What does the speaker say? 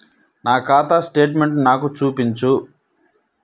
నా ఖాతా స్టేట్మెంట్ను నాకు చూపించు